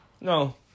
No